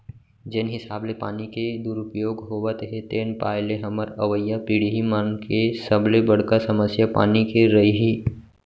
जेन हिसाब ले पानी के दुरउपयोग होवत हे तेन पाय ले हमर अवईया पीड़ही मन के सबले बड़का समस्या पानी के रइही